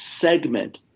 segment